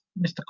Mr